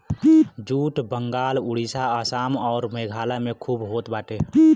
jute Bengal Orissa Assam अउर मेघालय में खूब होत बाटे